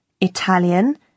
Italian